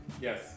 Yes